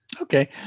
Okay